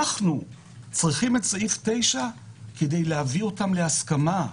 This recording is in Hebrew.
אנחנו צריכים את סעיף 9 כדי להביא אותם להסכמה.